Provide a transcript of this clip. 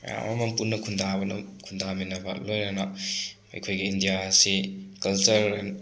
ꯃꯌꯥꯝ ꯑꯃ ꯄꯨꯟꯅ ꯈꯨꯟꯗꯥꯕꯅ ꯈꯨꯟꯗꯥꯃꯤꯟꯅꯕ ꯂꯣꯏꯅꯅ ꯑꯩꯈꯣꯏꯒꯤ ꯏꯟꯗꯤꯌꯥ ꯑꯁꯤ ꯀꯜꯆꯔ